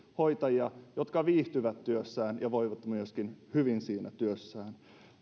hoitajia jotka viihtyvät työssään ja voivat myöskin hyvin siinä työssään